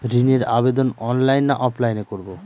ঋণের আবেদন অনলাইন না অফলাইনে করব?